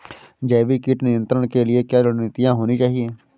जैविक कीट नियंत्रण के लिए क्या रणनीतियां होनी चाहिए?